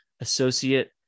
Associate